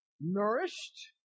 nourished